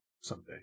someday